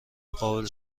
قابل